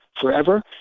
forever